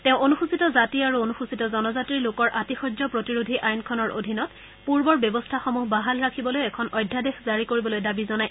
তেওঁ অনুসূচিত জাতি আৰু অনুসূচিত জনজাতি লোকৰ আতিশয্য প্ৰতিৰোধী আইনখনৰ অধীনত পূৰ্বৰ ব্যৱস্থাসমূহ পুনৰ বাহাল ৰাখিবলৈ এখন অধ্যাদেশ জাৰি কৰিবলৈ দাবী জনায়